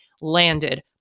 landed